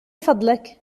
فضلك